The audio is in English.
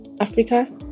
Africa